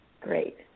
Great